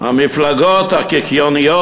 המפלגות הקיקיוניות,